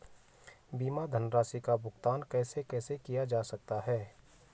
बीमा धनराशि का भुगतान कैसे कैसे किया जा सकता है?